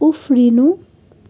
उफ्रिनु